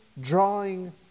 drawing